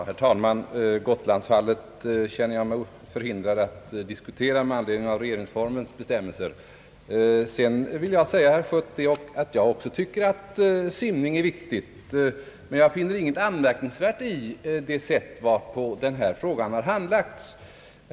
Herr talman! Gotlandsfallet känner jag mig med anledning av regeringsformens bestämmelser förhindrad att diskutera. Jag vill säga herr Schött att jag också tycker att simning är viktig, men jag finner inget anmärkningsvärt i det sätt varpå denna fråga handlagts.